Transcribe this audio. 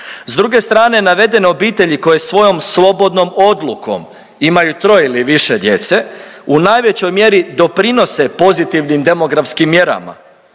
S druge strane navedene obitelji koje svojom slobodnom odlukom imaju troje ili više djece u najvećoj mjeri doprinose pozitivnim demografskim mjerama